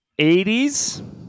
80s